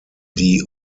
die